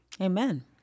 Amen